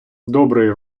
добрий